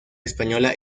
española